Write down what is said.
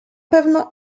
pewno